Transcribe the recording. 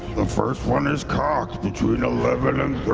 the first one is cocked between eleven and